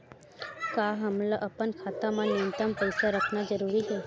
का हमला अपन खाता मा न्यूनतम पईसा रखना जरूरी हे?